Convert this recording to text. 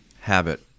habit